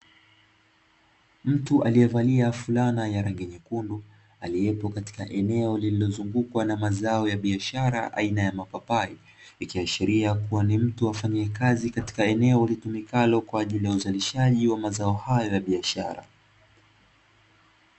Mtu aliyevalia fulana ya rangi nyekundu, aliyepo katika eneo liliozungukwa na mazao ya biashara aina ya mapapai; ikiashiria kuwa ni mtu afanyae kazi katika eneo la uzalishaji wa mazao hayo ya biashara.